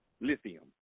lithium